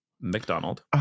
McDonald